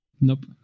Nope।